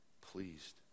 pleased